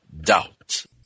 doubt